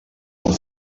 amb